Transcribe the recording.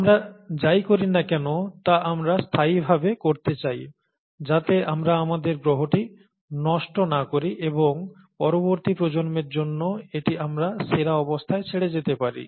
আমরা যাই করি না কেন তা আমরা স্থায়ি ভাবে করতে চাই যাতে আমরা আমাদের গ্রহটি নষ্ট না করি এবং পরবর্তী প্রজন্মের জন্য এটি আমরা সেরা অবস্থায় ছেড়ে যেতে পারি